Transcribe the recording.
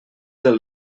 del